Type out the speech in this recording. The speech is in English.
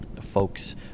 folks